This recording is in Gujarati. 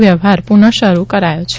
વ્યવહાર પુઃન શરૂ કરાયો છે